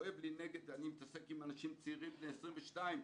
אני מתעסק עם אנשים צעירים בני 22,